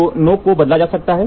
तो नोक को बदला जा सकता है